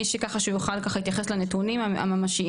שככה שהוא יוכל ככה התייחס לנתונים הממשיים,